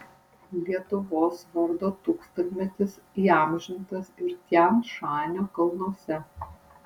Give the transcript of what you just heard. lietuvos vardo tūkstantmetis įamžintas ir tian šanio kalnuose